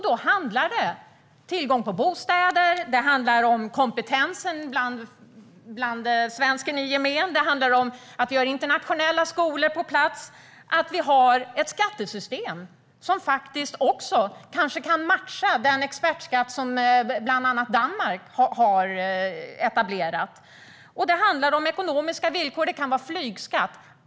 Då handlar det om tillgång på bostäder, om kompetensen hos svensken i gemen, om att få internationella skolor på plats och att vi har ett skattesystem som kanske också kan matcha den expertskatt som bland andra Danmark har infört. Och det handlar om ekonomiska villkor - det kan vara flygskatt.